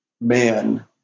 man